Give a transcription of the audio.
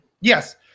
Yes